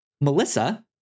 Melissa